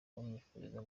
bamwifuriza